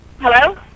Hello